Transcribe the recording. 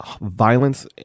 violence